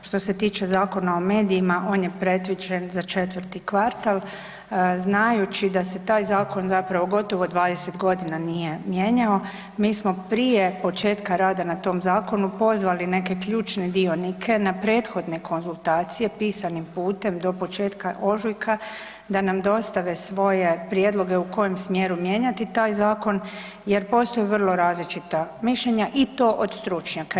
Što se tiče Zakona o medijima on je predviđen za četvrti kvartal znajući da se taj zakon gotovo 20 godina nije mijenjao mi smo prije početka rada na tom zakonu pozvali neke ključne dionike na prethodne konzultacije pisanim putem do početka ožujka da nam dostave svoje prijedloge u kojem smjeru mijenjati taj zakon jer postoje vrlo različita mišljenja i to od stručnjaka.